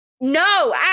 No